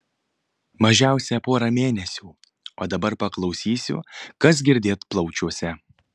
mažiausia porą mėnesių o dabar paklausysiu kas girdėt plaučiuose